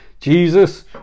Jesus